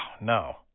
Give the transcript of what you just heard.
no